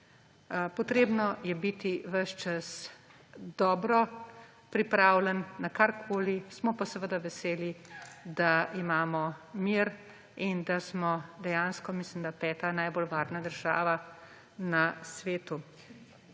Treba je biti ves čas dobro pripravljen na karkoli. Smo pa seveda veseli, da imamo mir in da smo dejansko, mislim da, 5. najbolj varna država na svetu.